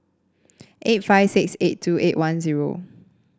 eight five six eight two eight one zero